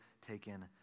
taken